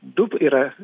du yra